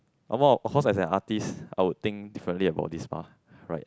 or more of course as an artist I would think differently about this mah right